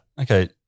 Okay